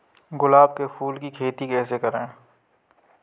गुलाब के फूल की खेती कैसे करें?